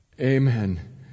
Amen